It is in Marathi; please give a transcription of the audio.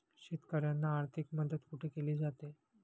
शेतकऱ्यांना आर्थिक मदत कुठे केली जाते?